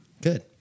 Good